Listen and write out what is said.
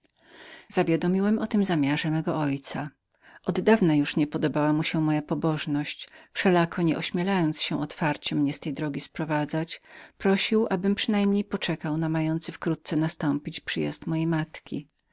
uwiadomiłem o tym zamiarze mego ojca od dawna już niepodobała mu się moja pobożność wszelako nie śmiejąc otwarcie mnie z tej drogi sprowadzać prosił abym czekał na mający wkrótce nastąpić przyjazd mojej matki